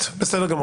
בסדר.